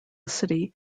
city